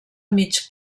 mig